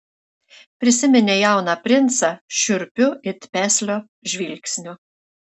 prisiminė jauną princą šiurpiu it peslio žvilgsniu